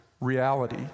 reality